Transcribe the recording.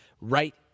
right